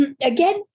again